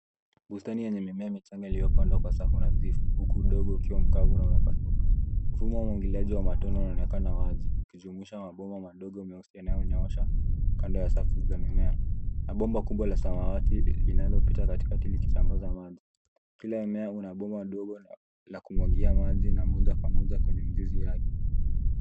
Bustani yenye mimea michanga iliyopandwa kwa safu nadhifu huku udongo ukiwa mkavu umepasuka. Mfumo wa umwagiliaji wa matone unaonekana wazi ukijumuisha mabomba madogo meusi yanayonyoosha kando ya safu hizo za mimea na bomba kubwa la samawati linalopita katikati likisambaza maji. Kila mmea una bomba dogo la kumwagia maji na moja kwa moja kwenye mzizi yake.